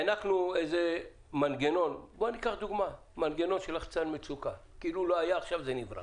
הענקנו לדוגמה מנגנון של לחצן מצוקה כאילו לא היה ועכשיו זה נברא